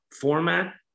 format